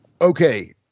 Okay